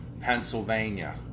Pennsylvania